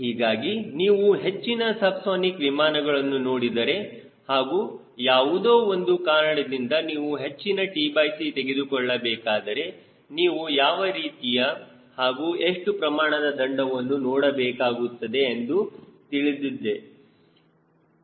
ಹೀಗಾಗಿ ನೀವು ಹೆಚ್ಚಿನ ಸಬ್ಸಾನಿಕ್ ವಿಮಾನಗಳನ್ನು ನೋಡಿದರೆ ಹಾಗೂ ಯಾವುದೋ ಒಂದು ಕಾರಣದಿಂದ ನೀವು ಹೆಚ್ಚಿನ tc ತೆಗೆದುಕೊಳ್ಳಬೇಕಾದರೆ ನೀವು ಯಾವ ರೀತಿಯ ಹಾಗೂ ಎಷ್ಟು ಪ್ರಮಾಣದ ದಂಡವನ್ನು ನೋಡಬೇಕಾಗುತ್ತದೆ ಎಂದು ತಿಳಿದಿದ್ದೆ